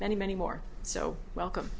many many more so welcome